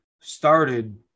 started